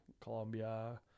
Colombia